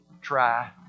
try